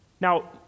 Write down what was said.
Now